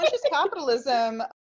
capitalism